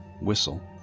whistle